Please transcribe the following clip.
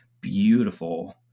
beautiful